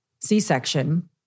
C-section